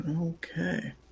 okay